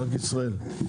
בנק ישראל.